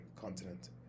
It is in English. continent